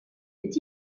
est